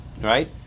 right